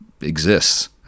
exists